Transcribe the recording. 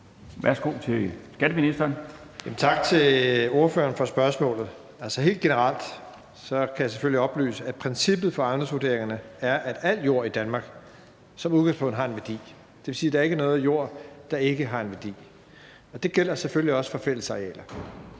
Kl. 15:03 Skatteministeren (Jeppe Bruus): Tak til ordføreren for spørgsmålet. Helt generelt kan jeg oplyse, at princippet for ejendomsvurderingerne er, at al jord i Danmark som udgangspunkt har en værdi. Det vil sige, at der ikke er noget jord, der ikke har en værdi. Det gælder selvfølgelig også for fællesarealer.